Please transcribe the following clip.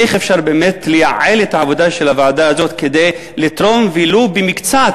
איך אפשר לייעל את העבודה של הוועדה הזאת כדי לתרום ולו במקצת